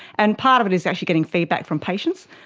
and part of it is actually getting feedback from patients.